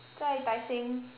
在 tai seng